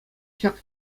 ҫак